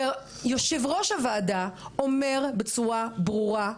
ויושב-ראש הוועדה אומר בצורה ברורה,